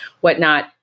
whatnot